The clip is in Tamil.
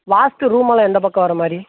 லாஸ்ட்டு ரூமெல்லாம் எந்த பக்கம் வரமாதிரி